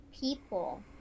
people